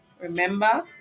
remember